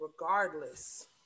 regardless